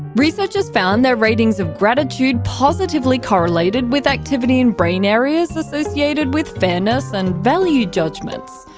researchers found their ratings of gratitude positively correlated with activity in brain areas associated with fairness and value judgements.